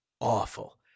awful